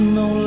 no